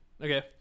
Okay